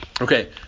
Okay